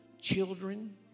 children